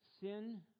Sin